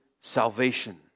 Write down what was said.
salvation